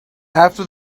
after